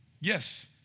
Yes